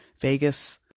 Vegas